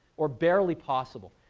or barely possible.